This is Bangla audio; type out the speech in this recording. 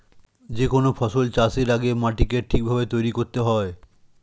যে কোনো ফসল চাষের আগে মাটিকে ঠিক ভাবে তৈরি করতে হয়